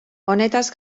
honetaz